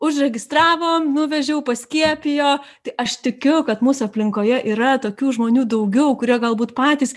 užregistravom nuvežiau paskiepijo tai aš tikiu kad mūsų aplinkoje yra tokių žmonių daugiau kurie galbūt patys